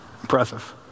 Impressive